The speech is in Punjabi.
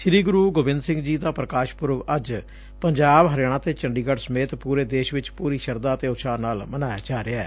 ਸ੍ੀ ਗੁਰੂ ਗੋਬਿੰਦ ਸਿੰਘ ਜੀ ਦਾ ਪ੍ਰਕਾਸ਼ ਪੁਰਬ ਅੱਜ ਪੰਜਾਬ ਹਰਿਆਣਾ ਅਤੇ ਚੰਡੀਗੜ ਸਮੇਤ ਪੁਰੇ ਦੇਸ਼ ਚ ਪੁਰੀ ਸ਼ਰਧਾ ਅਤੇ ਉਤਸ਼ਾਹ ਨਾਲ ਮਨਾਇਆ ਗਿਐ